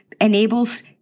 enables